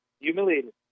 humiliated